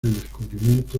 descubrimiento